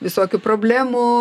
visokių problemų